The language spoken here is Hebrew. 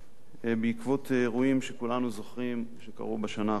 בעקבות אירועים שכולנו זוכרים שקרו בשנה החולפת.